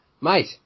mate